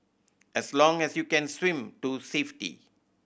as long as you can swim to safety